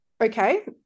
okay